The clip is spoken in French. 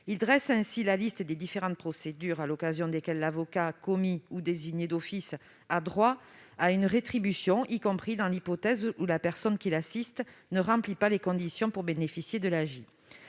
Il dresse ainsi la liste des différentes procédures à l'occasion desquelles l'avocat commis ou désigné d'office a droit à une rétribution, y compris dans l'hypothèse où la personne qu'il assiste ne remplit pas les conditions pour bénéficier de l'AJ.